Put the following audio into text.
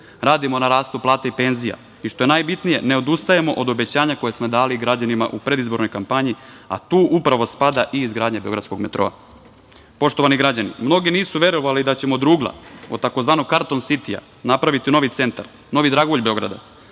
radimo na rastu i penzija i, što je najbitnije, ne odustajemo od obećanja koje smo dali građanima u predizbornoj kampanji, a tu upravo spada i izgradnja beogradskog metroa. Poštovani građani, mnogi nisu verovali da ćemo od rugla od tzv. karton sitija napraviti novi centar, novi dragulj Beograda,